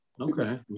Okay